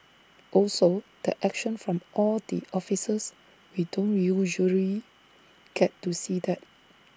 also the action from all the officers we don't usually get to see that